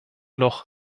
loch